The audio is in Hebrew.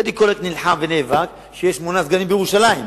טדי קולק נלחם ונאבק שיהיו שמונה סגנים בירושלים.